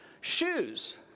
Shoes